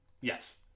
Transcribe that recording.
Yes